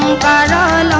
da da